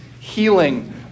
healing